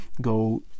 go